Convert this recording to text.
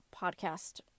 podcast